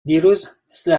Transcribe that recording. دیروز، مثل